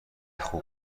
خوب